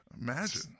imagine